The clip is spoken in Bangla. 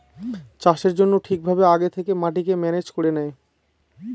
চাষের জন্য ঠিক ভাবে আগে থেকে মাটিকে ম্যানেজ করে নেয়